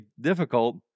difficult